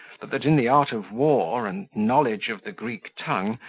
but that in the art of war, and knowledge of the greek tongue,